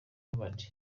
harvard